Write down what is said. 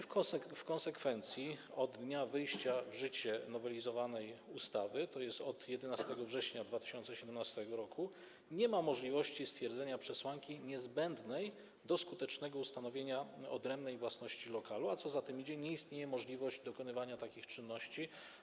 W konsekwencji od dnia wejścia w życie nowelizowanej ustawy, tj. od 11 września 2018 r., nie ma możliwości stwierdzenia przesłanki niezbędnej do skutecznego ustanowienia odrębnej własności lokalu, a co za tym idzie nie istnieje możliwość dokonywania takich czynności.